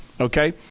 okay